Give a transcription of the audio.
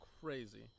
crazy